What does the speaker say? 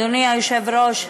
אדוני היושב-ראש,